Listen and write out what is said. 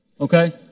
Okay